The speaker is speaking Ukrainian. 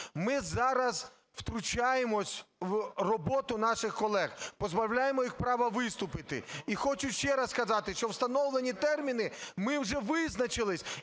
Ми зараз втручаємось в роботу наших колег, позбавляємо їх права виступити. І хочу ще раз сказати, що встановлені терміни, ми вже визначились.